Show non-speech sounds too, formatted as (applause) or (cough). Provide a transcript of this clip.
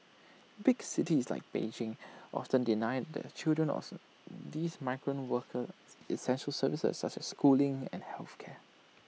big cities like Beijing often deny the children (unintelligible) these migrant workers essential services such as schooling and health care